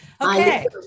Okay